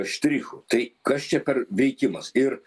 štrichų tai kas čia per veikimas ir